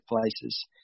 places